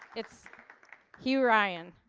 it's hugh ryan.